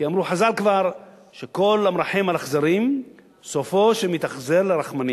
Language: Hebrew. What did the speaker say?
כי אמרו כבר חז"ל שכל המרחם על אכזרים סופו שמתאכזר לרחמנים.